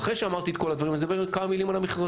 ואחרי שאמרתי את כל הדברים האלה אני אגיד כמה מילים על המכרזים.